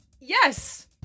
Yes